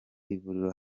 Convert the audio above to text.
ivuriro